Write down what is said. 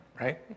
Right